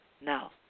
now